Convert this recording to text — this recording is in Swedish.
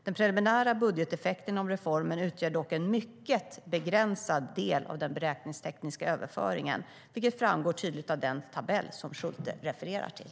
Den preliminära budgeteffekten av reformen utgör dock en mycket begränsad del av den beräkningstekniska överföringen, vilket framgår tydligt av den tabell som Schulte refererar till.